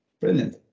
brilliant